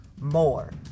more